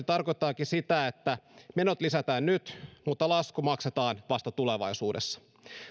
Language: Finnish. tarkoittaakin sitä että menot lisätään nyt mutta lasku maksetaan vasta tulevaisuudessa